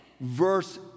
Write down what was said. Verse